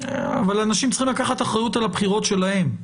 אבל האנשים צריכים לקחת אחריות על הבחירות שלהם,